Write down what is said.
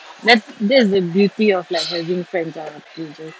that's that is the beauty of like having friends lah itu jer